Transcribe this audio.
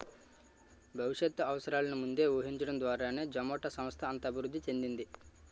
భవిష్యత్ అవసరాలను ముందే ఊహించడం ద్వారానే జొమాటో సంస్థ అంత అభివృద్ధి చెందింది